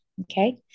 Okay